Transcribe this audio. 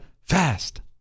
fast